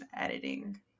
editing